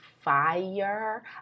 fire